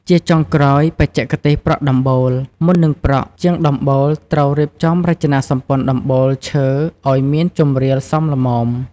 ជាចុងក្រោយបច្ចេកទេសប្រក់ដំបូល មុននឹងប្រក់ ជាងដំបូលត្រូវ រៀបចំរចនាសម្ព័ន្ធដំបូលឈើ ឲ្យមានជម្រាលសមល្មម។